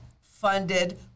funded